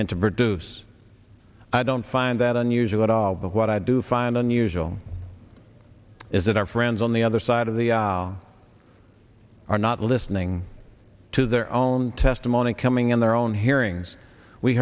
and to produce i don't find that unusual at all but what i do find unusual is that our friends on the other side of the aisle are not listening to their own testimony coming in their own hearings we